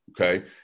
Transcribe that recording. okay